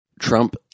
Trump